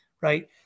right